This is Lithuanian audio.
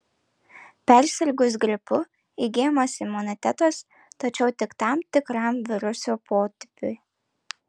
persirgus gripu įgyjamas imunitetas tačiau tik tam tikram viruso potipiui